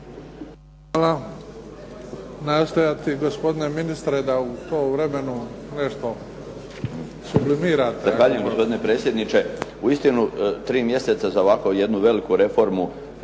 Hvala. Nastojati gospodine ministre da to u vremenu nešto sublimirate.